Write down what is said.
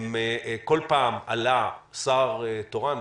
כל פעם עלה שר תורן,